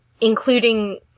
including